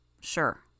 Sure